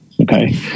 okay